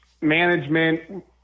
management